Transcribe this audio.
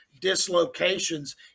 dislocations